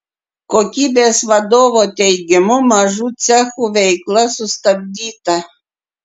kokybės vadovo teigimu mažų cechų veikla sustabdyta